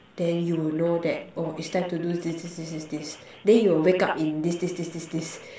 then you would know that oh it's time to do this this this this this then you will wake up in this this this this this